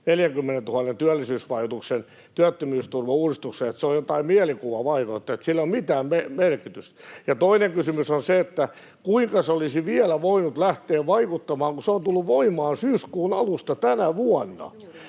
40 000:n työllisyysvaikutuksen työttömyysturvauudistukseen, että se on jotain mielikuvavaikutetta, että sillä ei ole mitään merkitystä? Ja toinen kysymys on se, kuinka se olisi vielä voinut lähteä vaikuttamaan, kun se on tullut voimaan syyskuun alusta tänä vuonna,